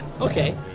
Okay